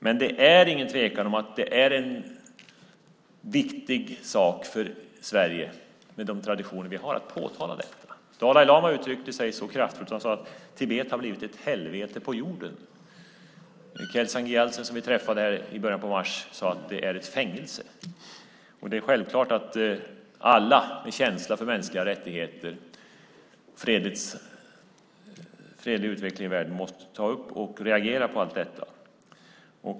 Men det är ingen tvekan om att det är viktigt för Sverige, med de traditioner som vi har, att påtala detta. Dalai lama uttryckte sig kraftfullt när han sade att Tibet har blivit ett helvete på jorden. Kelsang Gyaltsen, som vi träffade i början av mars, sade att det är ett fängelse. Det är självklart att alla med känsla för mänskliga rättigheter och en fredlig utveckling i världen måste ta upp och reagera på allt detta.